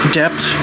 depth